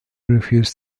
refused